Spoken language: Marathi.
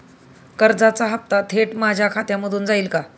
कर्जाचा हप्ता थेट माझ्या खात्यामधून जाईल का?